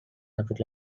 traffic